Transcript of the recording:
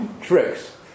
tricks